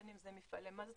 בין אם אלה מפעלי מזון,